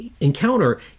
encounter